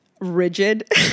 rigid